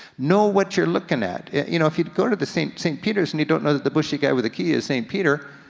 know what you're looking at. yeah you know if you go to the st. peter's and you don't know that the bushy guy with the key is st. peter,